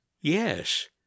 Yes